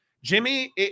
Jimmy